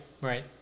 right